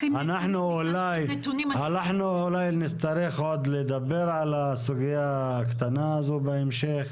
אנחנו אולי נצטרך עוד לדבר על הסוגיה הקטנה הזאת בהמשך,